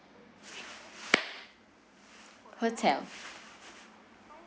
hotel